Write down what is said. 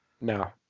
No